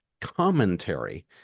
commentary